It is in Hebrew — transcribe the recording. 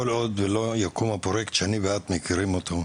כל עוד לא יקום הפרויקט שאני ואת מכירים אותו,